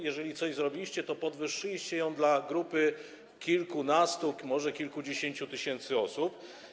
Jeżeli coś zrobiliście, to podwyższyliście ją w przypadku grupy kilkunastu, może kilkudziesięciu tysięcy osób.